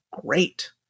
great